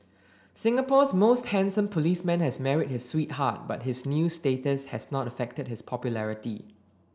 Singapore's most handsome policeman has married his sweetheart but his new status has not affected his popularity